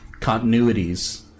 continuities